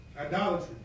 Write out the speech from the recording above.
Idolatry